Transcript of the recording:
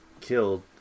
killed